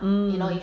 mmhmm